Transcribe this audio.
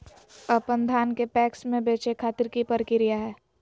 अपन धान के पैक्स मैं बेचे खातिर की प्रक्रिया हय?